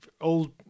old